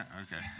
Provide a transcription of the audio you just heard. okay